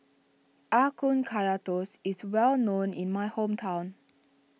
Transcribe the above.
Ah Kun Kaya Toast is well known in my hometown